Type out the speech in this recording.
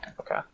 Okay